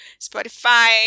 Spotify